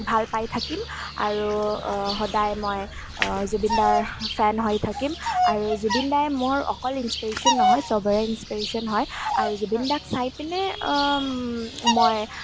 ভাল পাই থাকিম আৰু সদায় মই জুবিন দাৰ ফেন হৈ থাকিম আৰু জুবিন দায়ে মোৰ অকল ইন্সপিৰেশ্যন নহয় সবৰে ইন্সপিৰেশ্যন হয় আৰু জুবিন দাক চাই পিনে মই